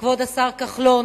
מכבוד השר כחלון